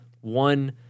one